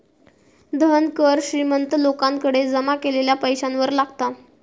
धन कर श्रीमंत लोकांकडे जमा केलेल्या पैशावर लागता